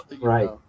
Right